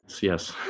Yes